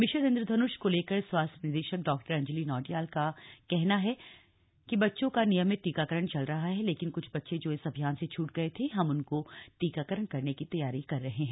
mission Indradhanush को लेकर स्वास्थ्य निदेशक डा अंजलि नौटियाल का कहना है बच्चों का नियमित टीकाकरण चल रहा है लेकिन कुछ बच्चे जो इस अभियान से छूट गये थे हम उनको टीकाकरण करने की तैयारी कर रहे हैं